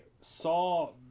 saw